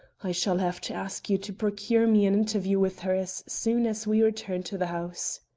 i shall have to ask you to procure me an interview with her as soon as we return to the house.